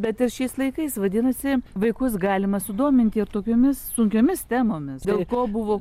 bet ir šiais laikais vadinasi vaikus galima sudominti ir tokiomis sunkiomis temomis dėl ko buvo